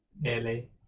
nearly